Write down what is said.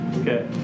Okay